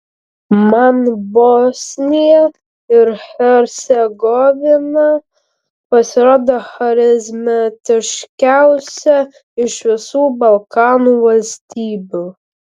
man bosnija ir hercegovina pasirodė charizmatiškiausia iš visų balkanų valstybių